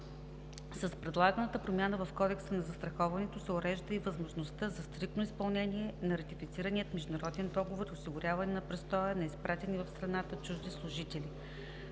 С предлаганата промяна в Кодекса за застраховането се урежда възможност за стриктното изпълнение на ратифицирания международен договор и осигуряване на престоя на изпратените в страната чужди служители.